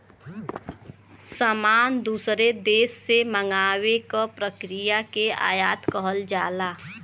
सामान दूसरे देश से मंगावे क प्रक्रिया के आयात कहल जाला